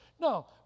No